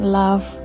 love